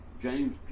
James